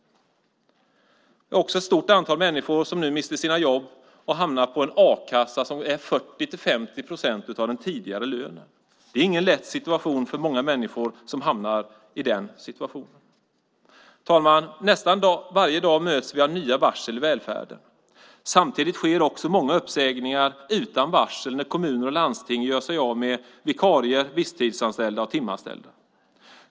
Det är också ett stort antal människor som nu mister sina jobb och får en a-kassa som är 40-50 procent av den tidigare lönen. Det är ingen lätt situation för många människor som hamnar i den situationen. Herr talman! Nästan varje dag möts vi av nya varsel i välfärden. Samtidigt sker det också många uppsägningar utan varsel när kommuner och landsting gör sig av med vikarier, visstidsanställda och timanställda.